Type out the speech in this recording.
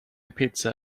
pizza